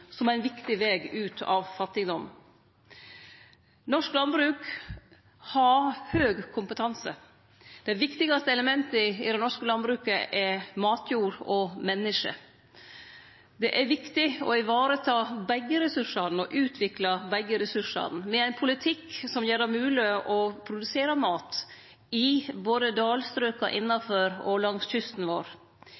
matproduksjon som ein viktig veg ut av fattigdom. Norsk landbruk har høg kompetanse. Det viktigaste elementet i det norske landbruket er matjord og menneske. Det er viktig å vareta og utvikle begge ressursane med ein politikk som gjer det mogleg å produsere mat i både